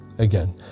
again